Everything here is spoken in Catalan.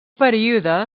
període